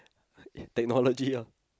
technology ah